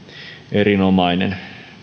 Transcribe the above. erinomainen